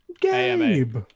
Gabe